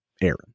Aaron